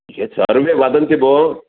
यत् सर्वे वदन्ति भोः